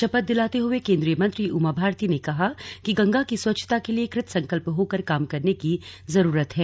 शपथ दिलाते हुए केन्द्रीय मंत्री उमा भारती ने कहा कि गंगा की स्वच्छता के लिए कृत संकल्प होकर काम करने की जरूरत है